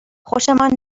خوشمان